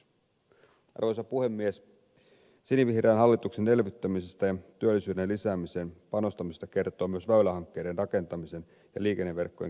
sinivihreän hallituksen elvyttämisestä ja työllisyyden lisäämiseen panostamisesta kertoo myös väylähankkeiden rakentamisen ja liikenneverkkojen kehittämisen volyymi